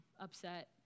upset